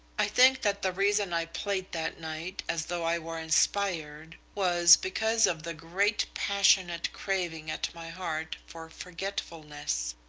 i think that the reason i played that night as though i were inspired was because of the great passionate craving at my heart for forgetfulness,